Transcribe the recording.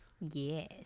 Yes